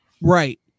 Right